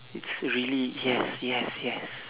it's really yes yes yes